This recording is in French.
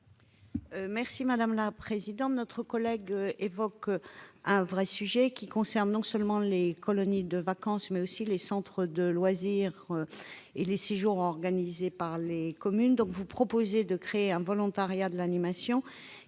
l'avis de la commission ? Notre collègue évoque un vrai sujet qui concerne non seulement les colonies de vacances, mais aussi les centres de loisirs et les séjours organisés par les communes. Monsieur Magner, vous proposez de créer un volontariat de l'animation